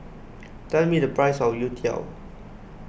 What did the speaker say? tell me the price of Youtiao